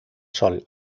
sol